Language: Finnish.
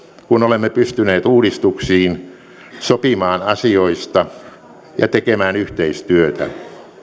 kun olemme pystyneet uudistuksiin sopimaan asioista ja tekemään yhteistyötä